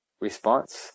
response